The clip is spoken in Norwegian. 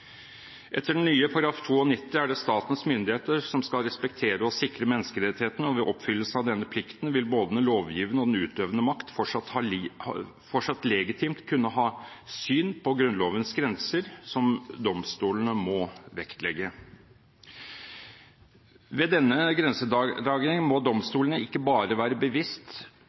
Etter den nye § 92 er det statens myndigheter som skal respektere og sikre menneskerettighetene, og ved oppfyllelse av denne plikten vil både den lovgivende og den utøvende makt fortsatt legitimt kunne ha syn på Grunnlovens grenser som domstolene må vektlegge. Ved denne grensedragningen må domstolene ikke bare være bevisst